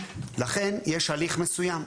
ולכן יש הליך מסוים,